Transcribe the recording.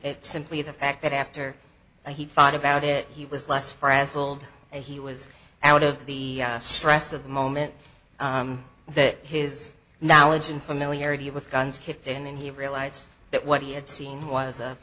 it's simply the fact that after he thought about it he was less frazzled it was out of the stress of the moment that his now engine familiarity with guns kicked in and he realized that what he had seen was